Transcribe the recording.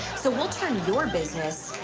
so we'll turn your business,